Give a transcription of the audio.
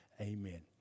Amen